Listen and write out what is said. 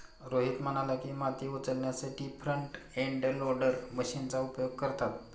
रोहित म्हणाला की, माती उचलण्यासाठी फ्रंट एंड लोडर मशीनचा उपयोग करतात